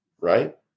right